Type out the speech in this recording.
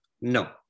No